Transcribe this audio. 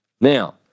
Now